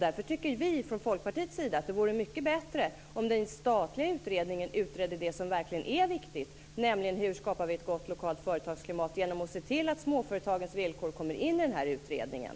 Därför tycker vi från Folkpartiets sida att det vore mycket bättre om den statliga utredningen verkligen utredde det som är viktigt, nämligen: Hur skapar vi ett gott lokalt företagsklimat? Det gör vi genom att se till att småföretagens villkor kommer in i utredningen.